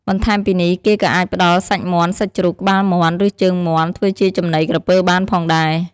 បន្ថែមពីនេះ គេក៏អាចផ្តល់សាច់មាន់ សាច់ជ្រូក ក្បាលមាន់ ឬជើងមាន់ ធ្វើជាចំណីក្រពើបានផងដែរ។